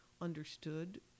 understood